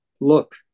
look